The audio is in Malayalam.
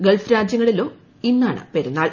ഗൾഫ് രാജ്യങ്ങളിലും ഇന്നാണ് പെരുന്നാൾ